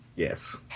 Yes